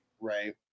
right